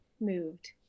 moved